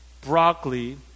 broccoli